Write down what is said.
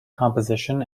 composition